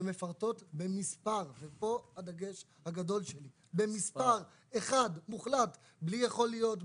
שמפרטים במספר - וכאן הדגש הגדול שלי אחד מוחלט בלי יכול להיות,